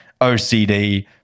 OCD